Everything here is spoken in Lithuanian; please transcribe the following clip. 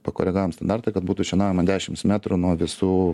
pakoregavom standartą kad būtų šienaujama dešims metrų nuo visų